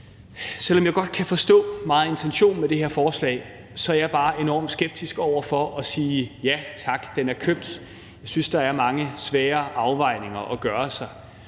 selv om jeg godt kan forstå meget af intentionen med det her forslag, bare enormt skeptisk over for at sige: Ja tak, den er købt. Jeg synes, der er mange svære afvejninger at gøre sig,